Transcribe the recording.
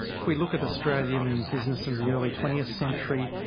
if we look at australian business in the early twentieth century,